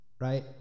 right